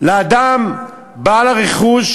לאדם בעל הרכוש,